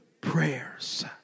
prayers